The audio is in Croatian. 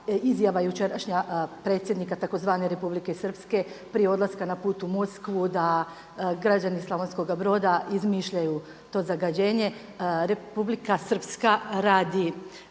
izjava jučerašnja predsjednika tzv. Republike Srpske prije odlaska na put u Moskvu da građani Slavonskoga Broda izmišljaju to zagađenje. Republika Srpska radi